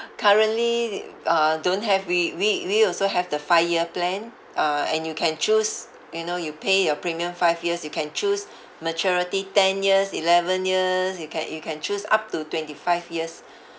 currently uh don't have we we we also have the FIRE plan uh and you can choose you know you pay your premium five years you can choose maturity ten years eleven years you can you can choose up to twenty five years